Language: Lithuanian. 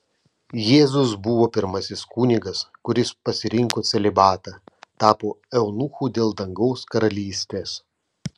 jėzus buvo pirmasis kunigas kuris pasirinko celibatą tapo eunuchu dėl dangaus karalystės